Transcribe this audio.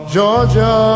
Georgia